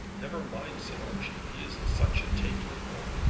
never mind, said archie he is in such a taking, you know.